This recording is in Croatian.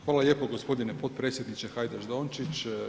Hvala lijepo gospodine potpredsjedniče Hajdaš-Dončić.